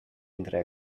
entre